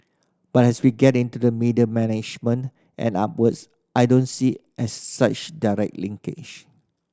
but as we get into the middle management and upwards I don't see as such direct linkage